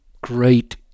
great